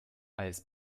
als